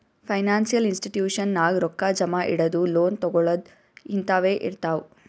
financial institution ನಾಗ್ ರೊಕ್ಕಾ ಜಮಾ ಇಡದು, ಲೋನ್ ತಗೋಳದ್ ಹಿಂತಾವೆ ಇರ್ತಾವ್